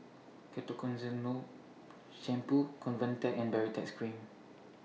Ketoconazole Shampoo Convatec and Baritex Cream